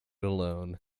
alone